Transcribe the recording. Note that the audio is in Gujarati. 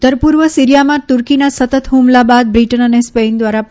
ઉત્તર પૂર્વ સિરિયામાં તુર્કીના સતત હુમલા બાદ બ્રિટન અને સ્પેન દ્વારા પણ